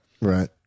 Right